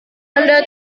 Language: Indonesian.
anda